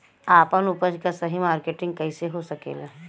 आपन उपज क सही मार्केटिंग कइसे हो सकेला?